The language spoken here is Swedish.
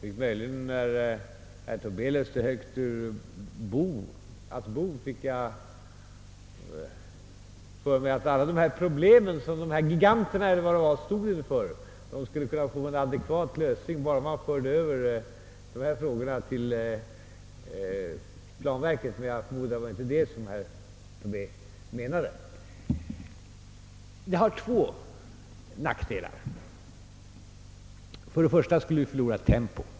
När herr Tobé läste högt ur »att bo» fick jag för mig att alla de problem, som de här giganterna, eller vad det nu var, stod inför skulle kunna få en adekvat lösning om man förde över frågorna till planverket — men jag förmodar att det var inte det som herr Tobé menade. Det har två nackdelar. För det första skulle vi förlora tempot.